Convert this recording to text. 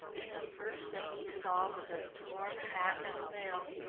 and the first thing he saw was a torn hat and veil,